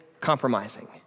compromising